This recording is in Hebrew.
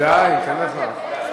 רגע, תן לי לחזור.